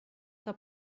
que